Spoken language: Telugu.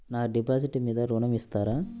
నా డిపాజిట్ మీద ఋణం ఇస్తారా?